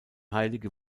heilige